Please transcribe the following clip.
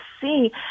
see